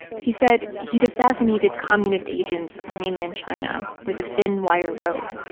he said he'd assassinated communist agents on mainland china with a thin wire rope,